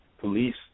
police